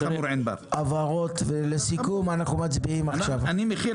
אני מחיל